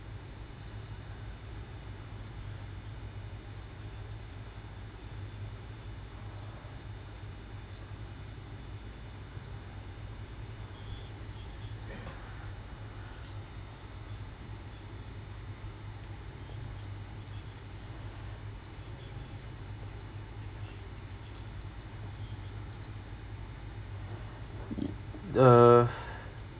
uh